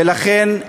ולכן,